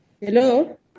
Hello